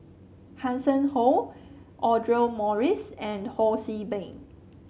Hanson Ho Audra Morrice and Ho See Beng